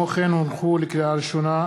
לקריאה ראשונה,